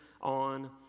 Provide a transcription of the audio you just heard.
on